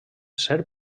ser